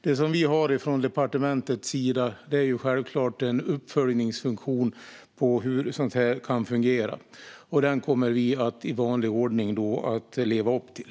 Det vi har från departementets sida är självklart en uppföljningsfunktion när det gäller hur sådant här kan fungera, och den kommer vi i vanlig ordning att leva upp till.